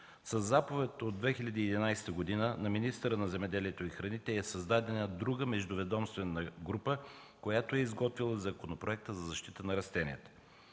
Със заповед от 2011 г. на министъра на земеделието и храните е създадена друга междуведомствена група, която е изготвила Законопроекта за защита на растенията.